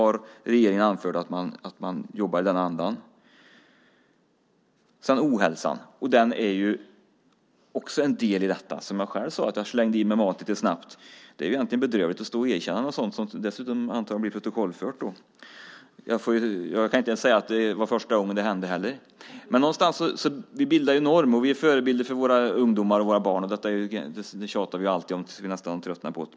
Regeringen har anfört att man jobbar i den andan. Ohälsan är också en del i detta. Jag sade att jag slängde i mig maten lite snabbt. Det är egentligen bedrövligt att erkänna något sådant, som dessutom blir fört till protokollet. Jag kan inte ens säga att det var första gången det hände. Vi bildar norm, och vi är förebilder för våra ungdomar och barn. Vi tjatar om det här tills vi tröttnar.